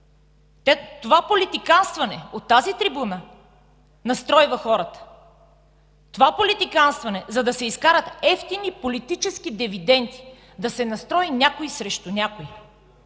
Това политиканстване от тази трибуна настройва хората. Това политиканстване, за да се изкарат евтини политически дивиденти, да се настрои някой срещу някой.